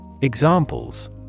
Examples